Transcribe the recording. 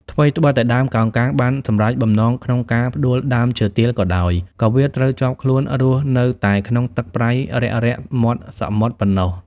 ថ្វីត្បិតតែដើមកោងកាងបានសម្រេចបំណងក្នុងការផ្តួលដើមឈើទាលក៏ដោយ ក៏វាត្រូវជាប់ខ្លួនរស់នៅតែក្នុងទឹកប្រៃរាក់ៗមាត់សមុទ្រប៉ុណ្ណោះ។